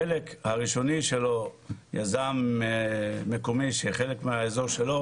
חלק הראשוני שלו יזם מקומי שחלק מהאזור שלו,